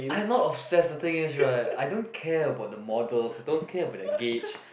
I'm not obsess the thing is right I don't care about the models I don't care about that gauge